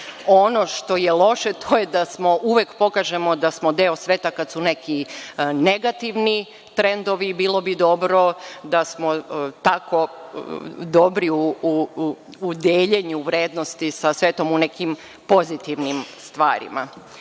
Ono što je loše, to je da uvek pokažemo da smo deo sveta kada su neki negativni trendovi. Bilo bi dobro da smo tako dobri u deljenju vrednosti sa svetom u nekim pozitivnim stvarima. Inače,